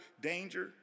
danger